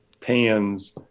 pans